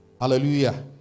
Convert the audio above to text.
Hallelujah